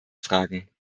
fragen